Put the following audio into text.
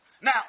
Now